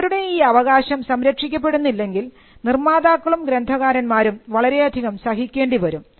അവരുടെ ഈ അവകാശം സംരക്ഷിക്കപ്പെടുന്നില്ലെങ്കിൽ നിർമാതാക്കളും ഗ്രന്ഥകാരന്മാരും വളരെയധികം സഹിക്കേണ്ടിവരും